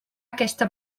aquesta